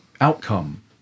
outcome